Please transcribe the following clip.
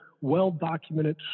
well-documented